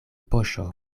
poŝo